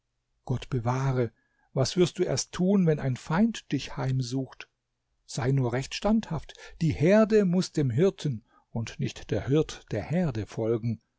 gott bewahre was wirst du erst tun wenn ein feind dich heimsucht sei nur recht standhaft die herde muß dem hirten und nicht der hirt der herde folgen